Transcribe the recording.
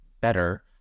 Better